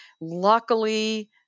Luckily